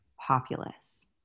populace